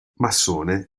massone